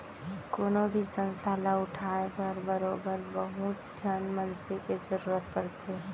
कोनो भी संस्था ल उठाय बर बरोबर बहुत झन मनसे के जरुरत पड़थे